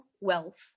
wealth